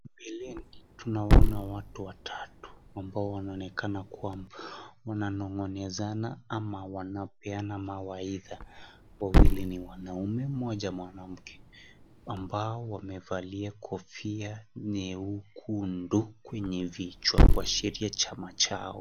Tunaona watu watatu ambao wanaonekana kuwa wana nong'onezana ama wanapeana mawaidha, wawili ni wanaume mmoja mwanamke ambao wamevalia kofia nyekundu kwenye vichwa kuashiria chama chao.